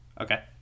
Okay